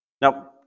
Now